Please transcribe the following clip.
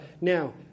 Now